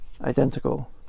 identical